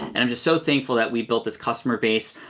and i'm just so thankful that we built this customer base,